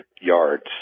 yards